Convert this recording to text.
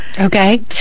Okay